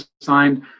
signed